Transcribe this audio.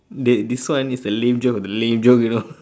dey this one is the lame joke of the lame joke you know